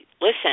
listen